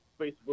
Facebook